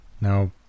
Now